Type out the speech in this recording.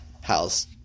house